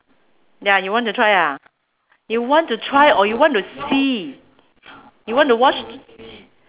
ya you want to try ah you want to try or you want to see you want to watch